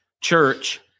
Church